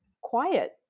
quiet